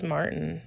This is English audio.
Martin